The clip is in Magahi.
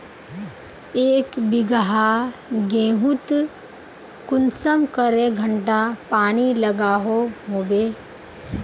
एक बिगहा गेँहूत कुंसम करे घंटा पानी लागोहो होबे?